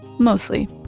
mostly.